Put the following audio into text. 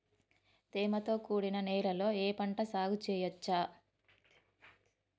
తేమతో కూడిన నేలలో ఏ పంట సాగు చేయచ్చు?